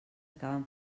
acaben